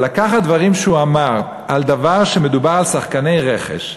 אבל לקחת דברים שהוא אמר על כך שמדובר על שחקני רכש,